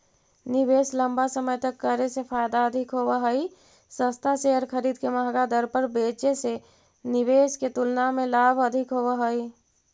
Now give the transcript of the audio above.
निवेश लंबा समय तक करे से फायदा अधिक होव हई, सस्ता शेयर खरीद के महंगा दर पर बेचे से निवेश के तुलना में लाभ अधिक होव हई